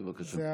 בבקשה.